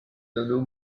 hanau